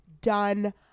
done